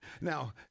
Now